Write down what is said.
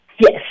Yes